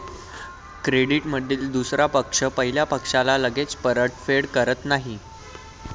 क्रेडिटमधील दुसरा पक्ष पहिल्या पक्षाला लगेच परतफेड करत नाही